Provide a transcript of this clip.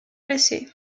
blessé